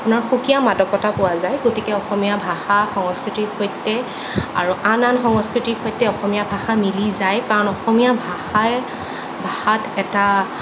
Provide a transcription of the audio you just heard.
আপোনাৰ সুকীয়া মাদকতা পোৱা যায় গতিকে অসমীয়া ভাষা সংস্কৃতিৰ সৈতে আৰু আন আন সংস্কৃতিৰ সৈতে অসমীয়া ভাষা মিলি যায় কাৰণ অসমীয়া ভাষাই ভাষাত এটা